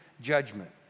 Judgment